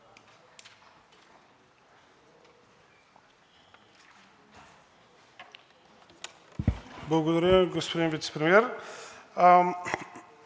Благодаря, господин Вицепремиер.